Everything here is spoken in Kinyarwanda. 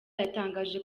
yatangaje